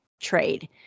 trade